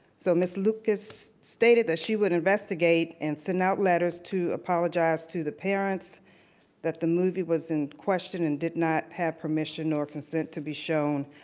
so ms. lucas stated that she would investigate and send out letters to apologize to the parents that the movie was in question and did not have permission or consent to be shown.